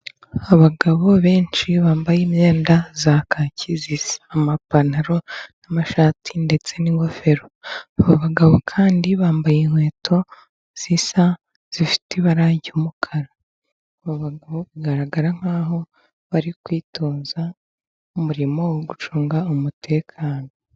Abagabo benshi bambaye imyenda ya kaki isa, amapantaro n'amashati ndetse n'ingofero. Aba bagabo kandi bambaye inkweto zisa zifite ibara ry'umukara. Aba bagabo bagaragara nk'aho bari kwitoza umurimo wo gucunga umutekano.